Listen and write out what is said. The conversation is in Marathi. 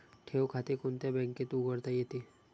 ठेव खाते कोणत्या बँकेत उघडता येते?